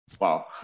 Wow